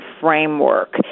framework